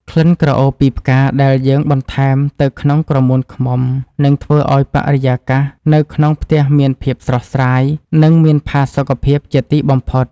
ក្លិនក្រអូបពីផ្កាដែលយើងបន្ថែមទៅក្នុងក្រមួនឃ្មុំ នឹងធ្វើឱ្យបរិយាកាសនៅក្នុងផ្ទះមានភាពស្រស់ស្រាយ និង មានផាសុកភាពជាទីបំផុត។